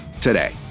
today